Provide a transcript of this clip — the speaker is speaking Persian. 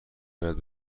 باید